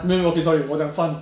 没有 okay sorry 我讲 fund